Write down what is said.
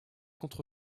contre